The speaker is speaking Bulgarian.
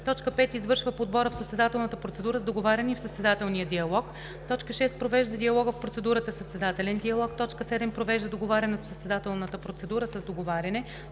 5. извършва подбора в състезателната процедура с договаряне и в състезателния диалог; 6. провежда диалога в процедурата състезателен диалог; 7. провежда договарянето в състезателната процедура с договаряне;